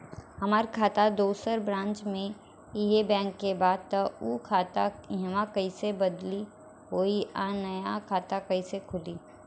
हमार खाता दोसर ब्रांच में इहे बैंक के बा त उ खाता इहवा कइसे बदली होई आ नया खाता कइसे खुली?